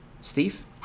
Steve